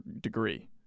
degree